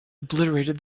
obliterated